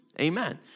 amen